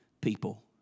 people